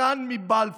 השתקן מבלפור.